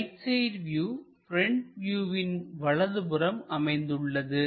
right side view front வியூவின் வலதுபுறம் அமைந்துள்ளது